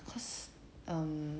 cause um